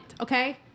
Okay